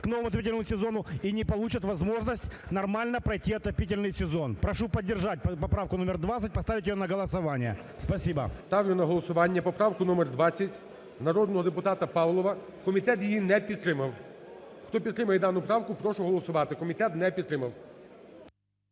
подготовятся к новому отопительному сезону и не получат возможность нормально пройти отопительный сезон. Прошу поддержать поправку номер 20, поставить ее на голосование. Спасибо. ГОЛОВУЮЧИЙ. Ставлю на голосування поправку номер 20, народного депутата Павлова. Комітет її не підтримав. Хто підтримує дану правку, прошу голосувати. Комітет не підтримав.